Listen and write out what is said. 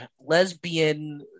lesbian